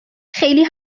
خیلی